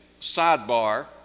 sidebar